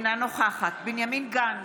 אינה נוכחת בנימין גנץ,